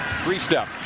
Three-step